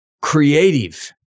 creative